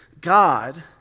God